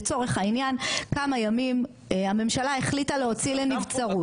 לצורך העניין כמה ימים הממשלה החליטה להוציא לנבצרות.